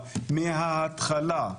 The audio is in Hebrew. מההתחלה.